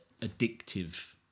addictive